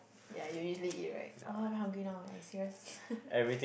ya you usually eat right !wah! very hungry now leh serious